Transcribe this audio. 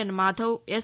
ఎన్ Madhav yes